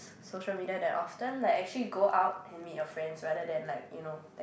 social media that often like actually you go out and meet your friends rather than like you know